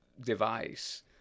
device